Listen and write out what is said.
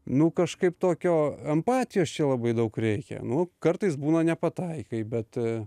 nu kažkaip tokio empatijos čia labai daug reikia nu kartais būna nepataikai bet